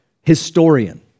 historian